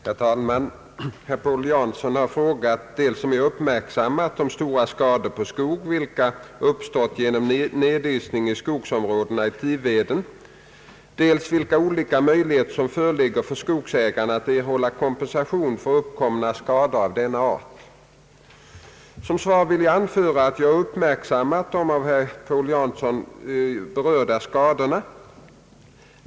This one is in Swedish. Herr talman! Herr Paul Jansson har frågat dels om jag uppmärksammat de stora skador på skog vilka uppstått genom nedisning i skogsområdena i Tiveden, dels vilka olika möjligheter som föreligger för skogsägare att erhålla kompensation för uppkomna skador av denna art. Som svar vill jag anföra att jag uppmärksammat de av herr Paul Jansson berörda skadorna.